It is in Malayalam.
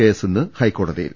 കേസ് ഇന്ന് ഹൈക്കോട്ടതിയിൽ